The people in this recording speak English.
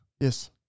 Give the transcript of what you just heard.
Yes